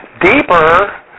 deeper